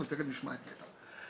ותיכף נשמע את נת"ע.